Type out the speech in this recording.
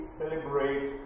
celebrate